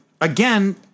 again